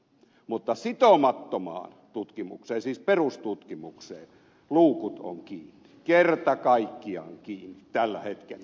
mutta sitomattomaan tutkimukseen siis perustutkimukseen luukut on kiinni kerta kaikkiaan kiinni tällä hetkellä